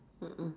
mm mm